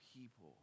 people